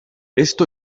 esto